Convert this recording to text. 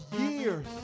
years